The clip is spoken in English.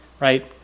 right